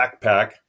backpack